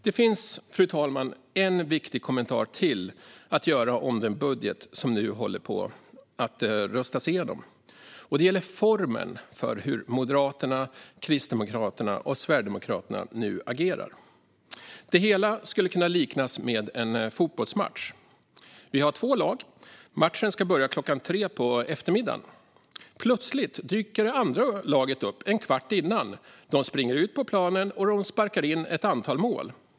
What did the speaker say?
Det finns ytterligare en viktig kommentar till den budget som nu håller på att röstas igenom, och det gäller formen för hur Moderaterna, Kristdemokraterna och Sverigedemokraterna nu agerar. Det hela skulle kunna liknas vid en fotbollsmatch: Vi har två lag, och matchen ska börja klockan tre på eftermiddagen. Plötsligt dyker det ena laget upp en kvart tidigt, springer ut på planen och sparkar in ett antal mål.